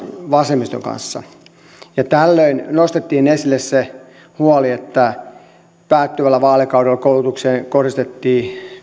vasemmiston kanssa tällöin nostettiin esille se huoli että päättyvällä vaalikaudella koulutukseen kohdistettiin